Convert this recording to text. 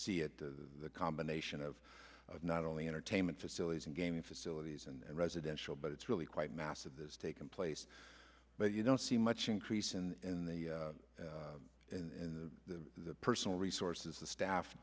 see it the combination of not only entertainment facilities and gaming facilities and residential but it's really quite massive this taking place but you don't see much increase in the in the personal resources the staff